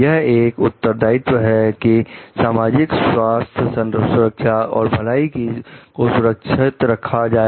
यह एक उत्तरदायित्व है कि सामाजिक स्वास्थ्य सुरक्षा और भलाई को सुरक्षित रखा जाए